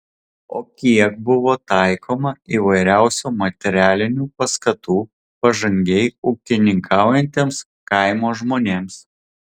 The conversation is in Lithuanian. o kiek buvo taikoma įvairiausių materialinių paskatų pažangiai ūkininkaujantiems kaimo žmonėms